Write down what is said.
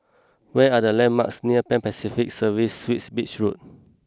where are the landmarks near Pan Pacific Serviced Suites Beach Road